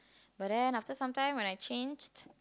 but then after some time when I changed